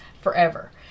forever